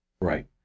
Right